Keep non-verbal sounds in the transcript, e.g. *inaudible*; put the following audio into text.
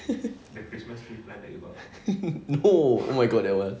*laughs* no oh my god that one